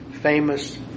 famous